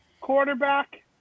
quarterback